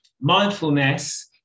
Mindfulness